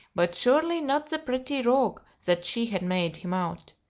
but surely not the petty rogue that she had made him out.